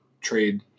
trade